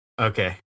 Okay